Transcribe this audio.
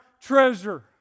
treasure